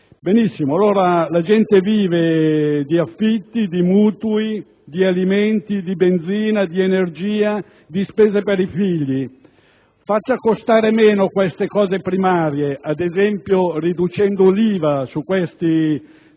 Benissimo, la gente vive di affitti, di mutui, di alimenti, di benzina, di energia, di spese per i figli: faccia costare meno questi beni primari, ad esempio, riducendo l'IVA sugli